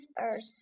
Earth